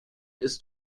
ist